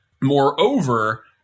Moreover